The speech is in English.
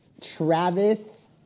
Travis